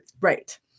Right